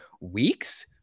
weeks